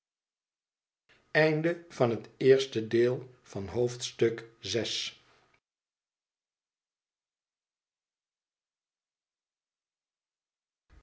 hoofdstuk van het eerste deel van het